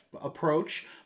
approach